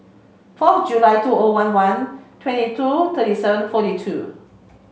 fourth July two O one one twenty two thirty seven forty two